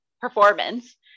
performance